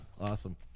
Awesome